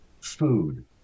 food